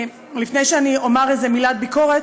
לפני שאני אומר איזה מילת ביקורת,